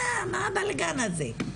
מה מה מה הבלגן הזה?